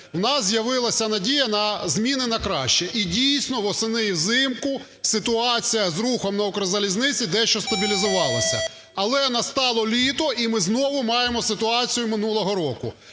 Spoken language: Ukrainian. у нас з'явилася надія на зміни на краще. І, дійсно, восени і взимку ситуація з рухом на "Укрзалізниці" дещо стабілізувалася. Але настало літо, і ми знову маємо ситуацію минулого року.